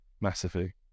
massively